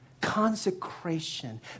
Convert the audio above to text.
consecration